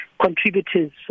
contributors